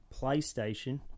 PlayStation